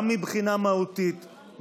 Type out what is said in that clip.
גם מבחינה מהותית,